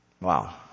Wow